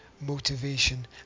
motivation